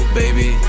baby